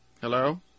hello